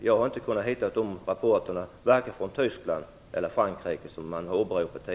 Jag har inte kunnat hitta de rapporterna, varken från Tyskland eller från Frankrike, som tidigare åberopats.